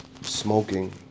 smoking